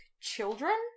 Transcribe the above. children